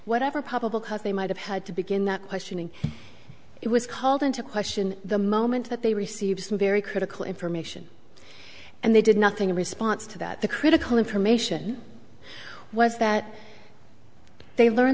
whatever probable cause they might have had to begin that questioning it was called into question the moment that they received some very critical information and they did nothing in response to that the critical information was that they learn